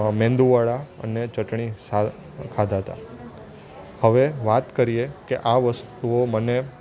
મેંદુવડા અને ચટણી ખાતા હતા હવે વાત કરીએ કે આ વસ્તુઓને